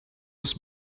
was